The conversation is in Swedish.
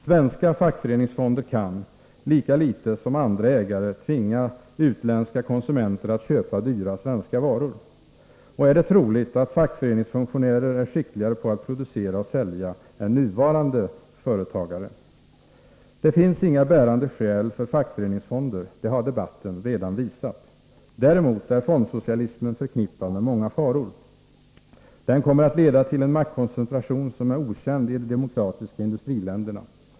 Svenska fackföreningsfonder kan, lika litet som andra ägare, tvinga utländska konsumenter att köpa dyra svenska varor. Och är det troligt att fackföreningsfunktionärer är skickligare på att producera och sälja än nuvarande företagare? Det finns inga bärande skäl för fackföreningsfonder — det har debatten redan visat. Däremot är fondsocialismen förknippad med många faror. Den kommer att leda till en maktkoncentration som är okänd i de demokratiska industriländerna.